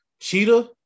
Cheetah